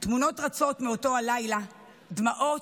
/ תמונות רצות מאותו לילה / דמעות,